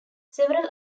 several